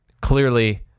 clearly